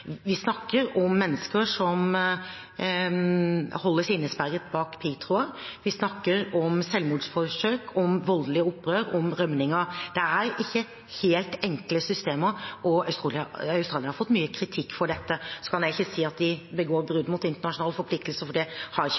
Vi snakker om mennesker som holdes innesperret bak piggtråd. Vi snakker om selvmordsforsøk, om voldelige opprør, om rømninger. Det er ikke helt enkle systemer, og Australia har fått mye kritikk for dette. Så kan jeg ikke si at de begår brudd mot internasjonale forpliktelser, for det har jeg ikke